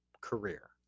career